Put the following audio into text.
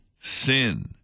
sin